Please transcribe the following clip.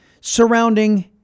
surrounding